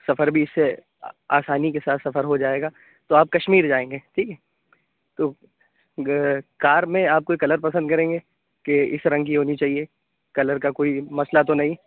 سفر بھی اِس سے آسانی کے ساتھ سفر ہو جائے گا تو آپ کشمیر جائیں گے ٹھیک ہے تو کار میں آپ کوئی کلر پسند کریں گے کہ اِس رنگ کی ہونی چاہیے کلر کا کوئی مسئلہ تو نہیں